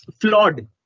flawed